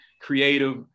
creative